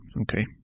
Okay